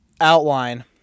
outline